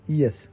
yes